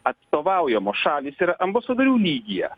atstovaujamos šalys yra ambasadorių lygyje